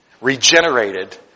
regenerated